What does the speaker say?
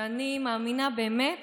ואני מאמינה באמת